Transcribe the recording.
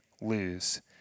lose